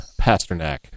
Pasternak